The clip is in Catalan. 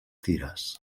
tires